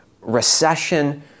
recession